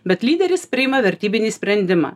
bet lyderis priima vertybinį sprendimą